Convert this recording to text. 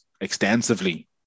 extensively